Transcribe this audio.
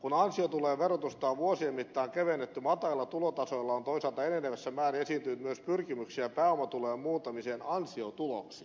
kun ansiotulojen verotusta on vuosien mittaan kevennetty matalilla tulotasoilla on toisaalta enenevässä määrin esiintynyt myös pyrkimyksiä pääomatulojen muuntamiseen ansiotuloksi